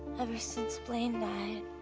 ever since blaine died,